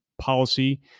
policy